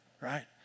right